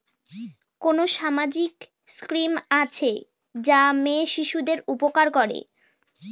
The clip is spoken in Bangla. কোন সামাজিক স্কিম আছে যা মেয়ে শিশুদের উপকার করে?